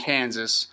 Kansas